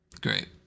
great